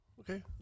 okay